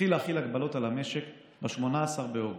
התחיל להחיל הגבלות על המשק ב-18 באוגוסט.